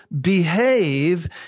behave